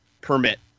permit